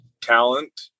talent